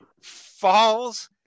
falls